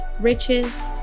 riches